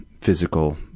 physical